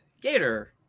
gator